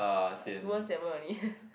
I two one seven only